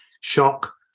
shock